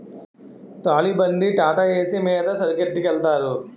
trolley బండి టాటాఏసి మీద సరుకొట్టికెలతారు